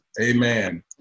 Amen